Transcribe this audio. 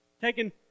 taking